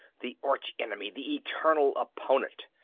the arch-enemy, the eternal opponent!